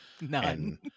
none